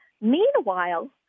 Meanwhile